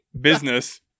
Business